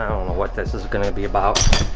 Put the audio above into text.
what this is gonna be about.